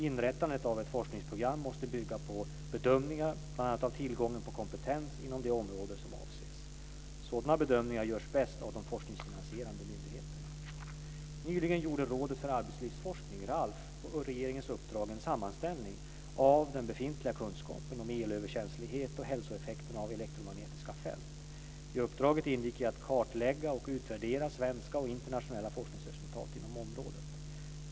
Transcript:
Inrättandet av ett forskningsprogram måste bygga på bedömningar bl.a. av tillgången på kompetens inom det område som avses. Sådana bedömningar görs bäst av de forskningsfinansierande myndigheterna. Nyligen gjorde Rådet för Arbetslivsforskning, RALF, på regeringens uppdrag en sammanställning av den befintliga kunskapen om elöverkänslighet och hälsoeffekter av elektromagnetiska fält. I uppdraget ingick att kartlägga och utvärdera svenska och internationella forskningsresultat inom området.